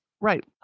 Right